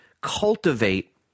cultivate